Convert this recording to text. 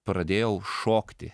pradėjau šokti